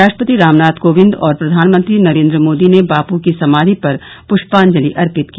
राष्ट्रपति रामनाथ कोविंद और प्रधानमंत्री नरेन्द्र मोदी ने बापू की समाधि पर पुष्पांजलि अर्पित की